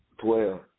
Twelve